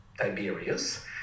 Tiberius